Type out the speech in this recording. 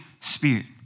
Spirit